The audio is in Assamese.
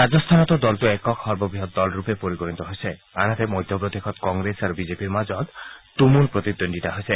ৰাজস্থানতো দলটো একক সৰ্ববৃহৎ দলৰূপে পৰিগণিত হোৱাৰ বিপৰীতে মধ্যপ্ৰদেশত কংগ্ৰেছ আৰু বিজেপিৰ মাজত তুমুল প্ৰতিদ্বন্দ্বিতা হৈছে